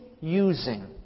using